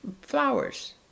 flowers